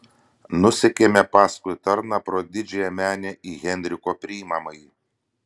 nusekėme paskui tarną pro didžiąją menę į henriko priimamąjį